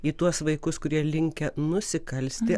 į tuos vaikus kurie linkę nusikalsti